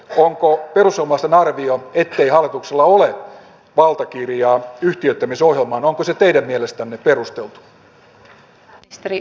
onko perussuomalaisten arvio ettei hallituksella ole valtakirjaa yhtiöittämisohjelmaan onko se teidän mielestänne perusteltua